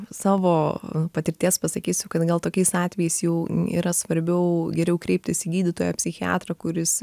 savo patirties pasakysiu kad gal tokiais atvejais jau yra svarbiau geriau kreiptis į gydytoją psichiatrą kuris